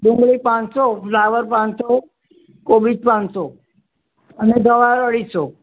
ડુંગળી પાંચસો ફ્લાવર પાંચસો કોબીજ પાંચસો અને ગવાર અઢીસો